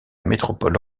métropole